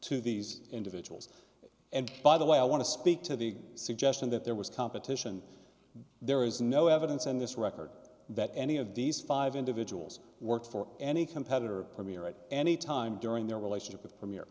to these individuals and by the way i want to speak to the suggestion that there was competition there is no evidence in this record that any of these five individuals work for any competitor for me or at any time during their relationship wit